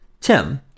Tim